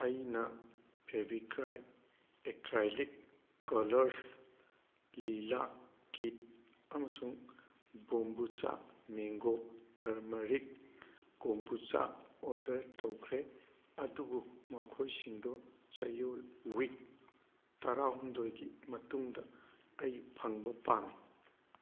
ꯑꯩꯅ Fevicryl acrylic colours ꯂꯤꯂꯥꯛ kit ꯑꯃꯁꯨꯡ kombucha mango turmeric kombucha order ꯇꯧꯈ꯭ꯔꯦ ꯑꯗꯨꯕꯨ ꯃꯈꯣꯏꯁꯤꯡꯗꯨ ꯆꯌꯣꯜ ꯋꯤꯛ ꯇꯔꯥꯍꯨꯝꯗꯣꯏꯒꯤ ꯃꯇꯨꯡꯗ ꯑꯩ ꯐꯪꯕ ꯄꯥꯝꯃꯤ